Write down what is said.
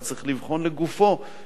וצריך לבחון לגופו,